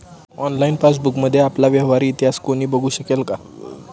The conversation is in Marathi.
ऑनलाइन पासबुकमध्ये आपला व्यवहार इतिहास कोणी बघु शकेल का?